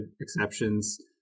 exceptions